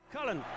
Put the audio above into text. Cullen